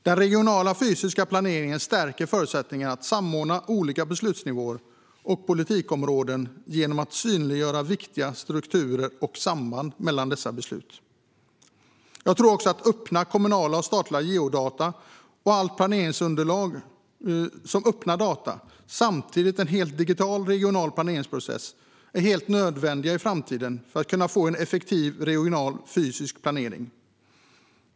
Den regionala fysiska planeringen stärker förutsättningarna att samordna olika beslutsnivåer och politikområden genom att synliggöra viktiga strukturer och samband mellan dessa beslut. Jag tror också att öppna kommunala och statliga geodata, alla planeringsunderlag som öppna data och en helt digital regional planeringsprocess är helt nödvändiga i framtiden för att kunna få en effektiv regional fysisk planering.